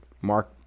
Mark